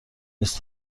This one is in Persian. نیست